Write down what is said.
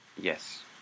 Yes